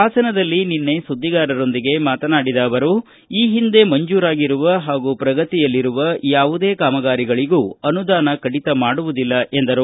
ಹಾಸನದಲ್ಲಿ ನಿನ್ನೆ ಸುದ್ದಿಗಾರರೊಂದಿಗೆ ಮಾತನಾಡಿದ ಅವರು ಈ ಹಿಂದೆ ಮಂಜೂರಾಗಿರುವ ಹಾಗೂ ಪ್ರಗತಿಯಲ್ಲಿರುವ ಯಾವುದೇ ಕಾಮಗಾರಿಗಳಿಗೂ ಅನುದಾನ ಕಡಿತ ಮಾಡುವುದಿಲ್ಲ ಎಂದರು